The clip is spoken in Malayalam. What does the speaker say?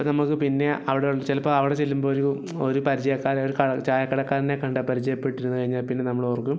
അപ്പോൾ നമുക്ക് പിന്നെ അവിടെയുള്ള ചിലപ്പോൾ അവിടെ ചെല്ലുമ്പോൾ ഒരു ഒരു പരിചയക്കാരൻ ഒര് കട ചായക്കടക്കാരനെ കണ്ട് പരിചയപ്പെട്ടിരുന്ന് കഴിഞ്ഞാൽ പിന്നെ നമ്മൾ ഓർക്കും